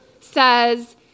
says